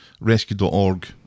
rescue.org